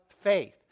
faith